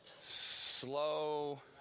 Slow